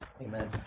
Amen